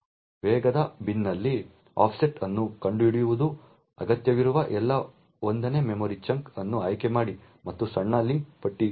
ವೇಗದ ಬಿನ್ನಲ್ಲಿ ಆಫ್ಸೆಟ್ ಅನ್ನು ಕಂಡುಹಿಡಿಯುವುದು ಅಗತ್ಯವಿರುವ ಎಲ್ಲಾ 1 ನೇ ಮೆಮೊರಿ ಚಂಕ್ ಅನ್ನು ಆಯ್ಕೆ ಮಾಡಿ ಮತ್ತು ಸಣ್ಣ ಲಿಂಕ್ ಪಟ್ಟಿ ಕಾರ್ಯಾಚರಣೆಯನ್ನು ಮಾಡಿ